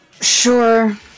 Sure